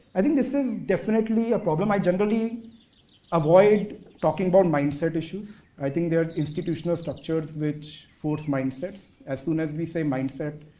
i think this is definitely a problem, i generally avoid talking about mindset issues, i think there are institutional structures which force mindsets. as soon as we say mindset,